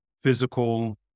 physical